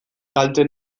kalte